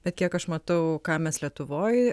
bet kiek aš matau ką mes lietuvoj